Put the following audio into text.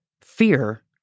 fear